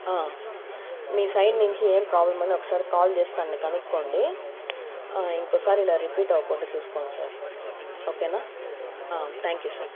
మీ side నుంచి ఏం problem అని ఒకసారి కాల్ చేసి తనని కనుక్కోండి ఇంకోసారి ఇలాగ రిపీట్ అవ్వకుండా చూసుకోండి సార్ ఓకేనా థ్యాంక్ యూ సార్